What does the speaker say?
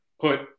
put